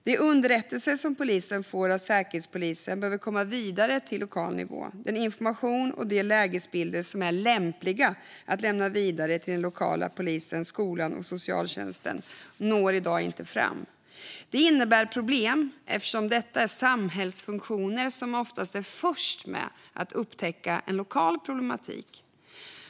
De underrättelser som polisen får av Säkerhetspolisen behöver komma vidare till lokal nivå. Den information och de lägesbilder som är lämpliga att lämna vidare till den lokala polisen, skolan och socialtjänsten når i dag inte fram. Det innebär problem eftersom detta är samhällsfunktioner som oftast är först med att upptäcka en lokal problematik.